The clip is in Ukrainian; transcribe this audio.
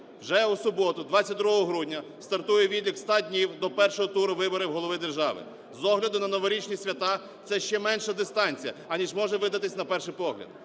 Вже у суботу, 22 грудня, стартує відлік 100 днів до першого туру виборів голови держави. З огляду на новорічні свята це ще менша дистанція, аніж може видатись на перший погляд.